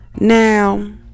Now